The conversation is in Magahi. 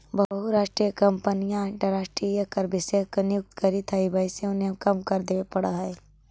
बहुराष्ट्रीय कंपनियां अंतरराष्ट्रीय कर विशेषज्ञ को नियुक्त करित हई वहिसे उन्हें कम कर देवे पड़ा है